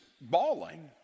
bawling